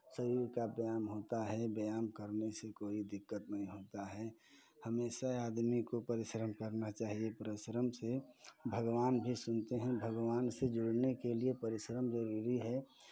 शरीर का व्यायाम होता है व्यायाम करने से कोई दिक्कत नहीं होता है हमेशा आदमी को परिश्रम करना चाहिये परिश्रम से भगवान भी सुनते हैं भगवान से जुड़ने के लिये परिश्रम जरूरी है